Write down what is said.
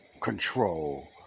control